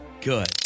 good